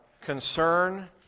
concern